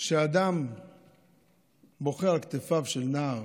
שאדם בוכה על כתפיו של נער.